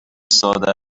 ساده